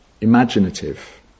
imaginative